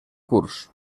curs